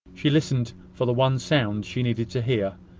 she listened for the one sound she needed to hear,